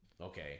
okay